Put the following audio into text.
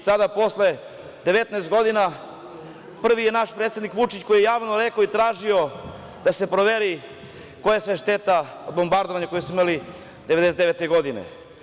Sada posle 19 godina, prvi je naš predsednik Vučić, koji je javno rekao i tražio da se proveri koja se šteta od bombardovanja koje smo imali 1999. godine.